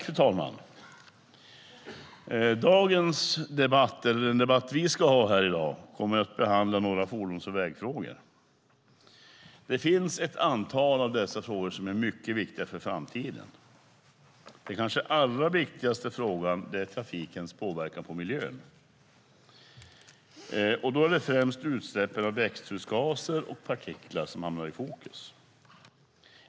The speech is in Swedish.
Fru talman! Den debatt vi ska ha i dag kommer att behandla några fordons och vägfrågor. Det finns ett antal av dessa frågor som är mycket viktiga för framtiden. Den kanske allra viktigaste frågan är trafikens påverkan på miljön. Då är det främst utsläppen av växthusgaser och partiklar som hamnar i fokus.